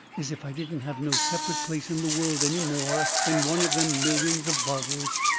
as if i didn't have no separate place in the world any more than one of them millions of bottles.